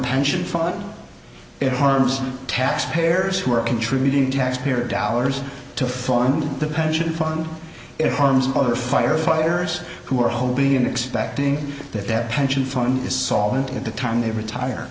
pension fund it harms taxpayers who are contributing taxpayer dollars to fund the pension fund it harms other firefighters who are holding in expecting that that pension fund is solvent at the time they